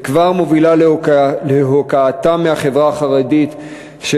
וכבר מובילה להוקעתם מהחברה החרדית של